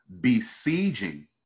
besieging